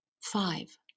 Five